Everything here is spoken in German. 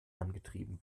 angetrieben